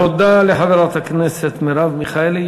תודה לחברת הכנסת מרב מיכאלי.